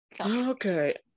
Okay